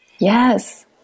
Yes